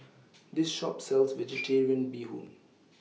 This Shop sells Vegetarian Bee Hoon